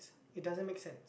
it doesn't make sense